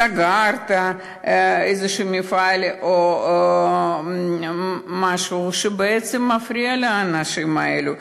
סגרת מפעל או משהו שמפריע לאנשים האלה?